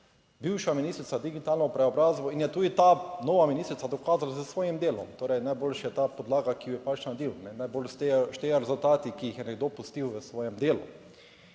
bivša ministrica, digitalno preobrazbo in je tudi ta nova ministrica dokazala s svojim delom. Torej, najboljše je ta podlaga, ki jo je pač naredil. Najbolj štejejo rezultati, ki jih je nekdo pustil v svojem delu.